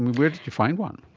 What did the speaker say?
where did you find one?